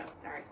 sorry